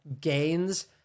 gains